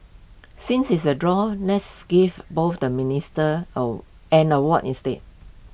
since it's A draw let's give both the ministers or an award instead